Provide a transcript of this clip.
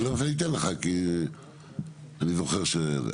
אני אתן לך כי אני זוכר שזה.